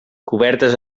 cobertes